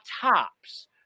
tops